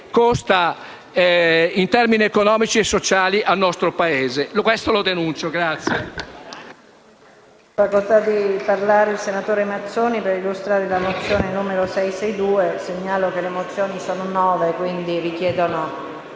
in termini economici e sociali sul nostro Paese. Questo lo denuncio.